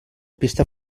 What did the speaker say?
pista